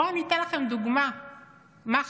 בואו ואתן לכם דוגמה מה חשוב.